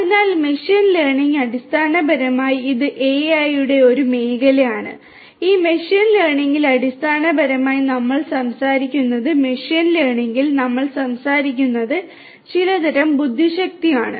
അതിനാൽ machine learning അടിസ്ഥാനപരമായി ഇത് AI യുടെ ഒരു മേഖലയാണ് ഈ മെഷീൻ ലേണിംഗിൽ അടിസ്ഥാനപരമായി നമ്മൾ സംസാരിക്കുന്നത് മെഷീൻ ലേണിംഗിൽ നമ്മൾ സംസാരിക്കുന്നത് ചിലതരം ബുദ്ധിശക്തിയാണ്